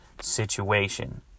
situation